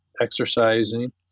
exercising